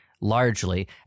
Largely